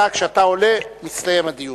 אתה, כשאתה עולה, מסתיים הדיון.